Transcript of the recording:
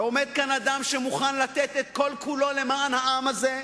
ועומד כאן אדם שמוכן לתת את כל-כולו למען העם הזה,